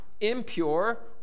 impure